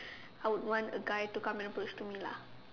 I would want a guy to come and approach to me lah